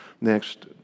next